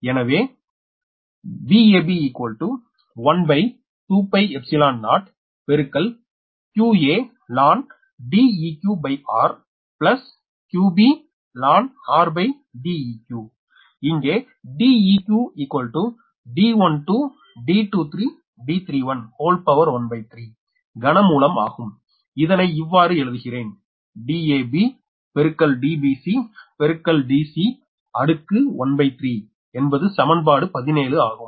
எனவே இங்கே 𝐷𝑒q 𝐷12𝐷23𝐷31⅓ கனமூலம் ஆகும் இதனை இவ்வாறு எழுதுகிறேன் Dab Dbc Dc அடுக்கு 13 என்பது சமன்பாடு 17 ஆகும்